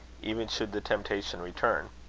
even should the temptation return,